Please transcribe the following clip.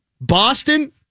Boston